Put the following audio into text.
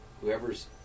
Whoever's